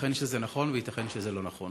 ייתכן שזה נכון, וייתכן שזה לא נכון